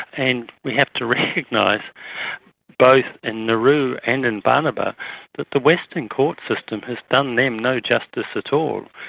and we have to recognise both in nauru and in banaba that the western court system has done them no justice at all.